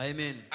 Amen